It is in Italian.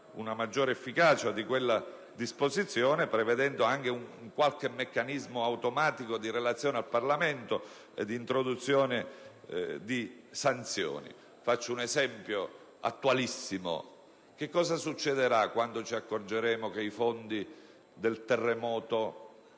una maggiore efficacia della disposizione, prevedendo anche qualche meccanismo automatico di relazione al Parlamento e di introduzione di sanzioni. Farò un esempio attualissimo: che cosa succederà quando i fondi per il terremoto,